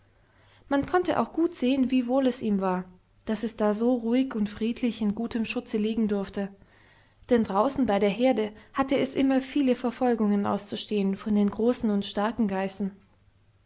man konnte auch gut sehen wie wohl es ihm war daß es da so ruhig und friedlich in gutem schutze liegen durfte denn draußen bei der herde hatte es immer viele verfolgungen auszustehen von den großen und starken geißen